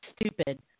stupid